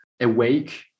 awake